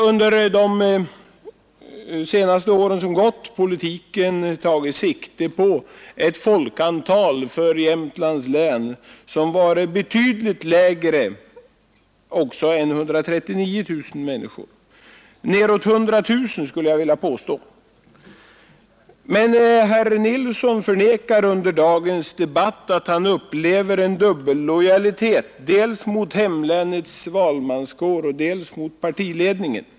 Under de senaste åren har politiken tagit sikte på ett befolkningsantal för Jämtlands län som t.o.m. varit betydligt lägre än 139 000 personer, snarare 100 000 skulle jag vilja påstå. Men herr Nilsson har förnekat under dagens debatt att han upplever en dubbellojalitet dels mot hemlänets valmanskår och dels mot partiledningen.